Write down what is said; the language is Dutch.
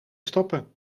stoppen